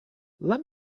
let